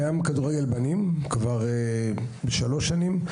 כדורגל בנים קיים כבר שלוש שנים.